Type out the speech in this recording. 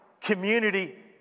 community